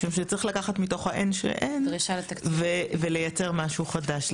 כשצריך לקחת מהאין כשאין ולייצר משהו חדש.